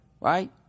right